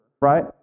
right